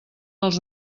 els